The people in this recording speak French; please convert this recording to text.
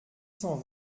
cent